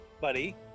buddy